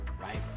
right